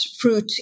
fruit